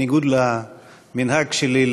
בניגוד למנהג שלי,